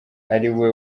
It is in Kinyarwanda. ariwe